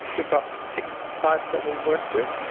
we've got six sites that we work with,